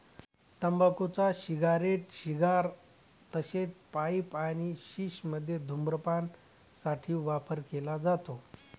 तंबाखूचा cigarette, cigar तसेच pipe आणि शिश मध्ये धूम्रपान साठी वापर केला जातो